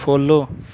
follow